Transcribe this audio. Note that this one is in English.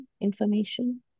information